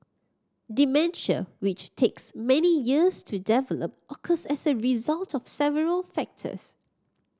dementia which takes many years to develop occurs as a result of several factors